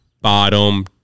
Bottom